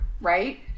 Right